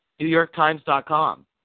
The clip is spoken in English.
newyorktimes.com